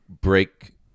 break